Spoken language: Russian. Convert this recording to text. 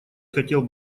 хотел